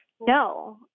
no